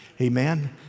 Amen